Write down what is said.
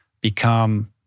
become